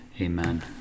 Amen